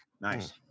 Nice